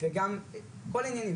וגם כל העניינים,